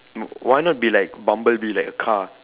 why not be like Bumblebee like a car